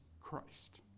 Christ